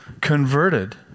converted